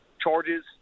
charges